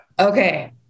Okay